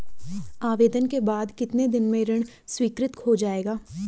आवेदन के बाद कितने दिन में ऋण स्वीकृत हो जाएगा?